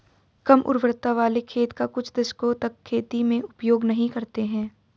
कम उर्वरता वाले खेत का कुछ दशकों तक खेती में उपयोग नहीं करते हैं